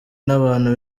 n’abantu